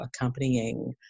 accompanying